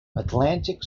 atlantic